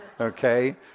Okay